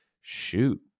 shoot